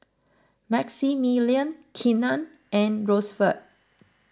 Maximillian Keenan and Rosevelt